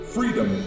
Freedom